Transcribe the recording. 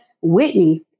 Whitney